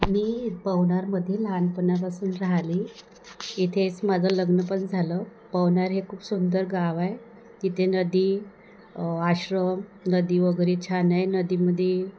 मी पवनारमध्ये लहानपणापासून राहिले इथेच माझं लग्न पण झालं पवनार हे खूप सुंदर गाव आहे तिथे नदी आश्रम नदी वगैरे छान आहे नदीमध्ये